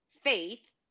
faith